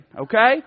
okay